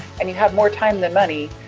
and you have more time than money,